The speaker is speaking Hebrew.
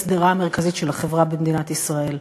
השדרה המרכזית של החברה במדינת ישראל.